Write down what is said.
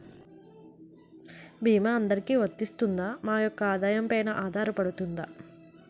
భీమా అందరికీ వరిస్తుందా? మా యెక్క ఆదాయం పెన ఆధారపడుతుందా?